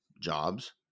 jobs